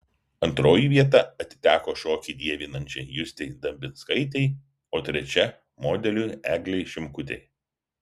antroji vieta atiteko šokį dievinančiai justei dambinskaitei o trečia modeliui eglei šimkutei